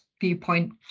viewpoint